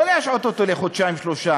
לא להשעות אותו לחודשיים-שלושה-ארבעה-חמישה,